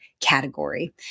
category